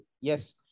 Yes